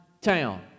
town